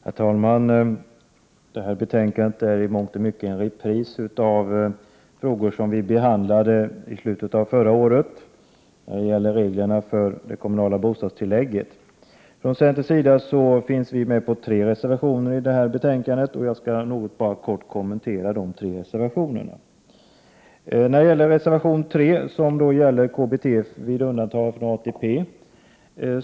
Herr talman! Det här betänkandet är i mångt och mycket en repris av en fråga som vi behandlade i slutet av förra året. Det gällde reglerna för det kommunala bostadstillägget. Från centerns sida finns vi med på tre reservationer, och jag skall kort kommentera dessa. Reservation 3 gäller KBT vid undantagande från ATP.